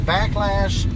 Backlash